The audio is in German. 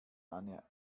eine